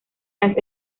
las